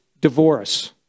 divorce